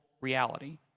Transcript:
reality